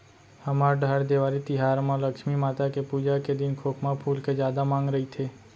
हमर डहर देवारी तिहार म लक्छमी माता के पूजा के दिन खोखमा फूल के जादा मांग रइथे